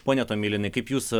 pone tomilinai kaip jūs